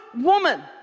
woman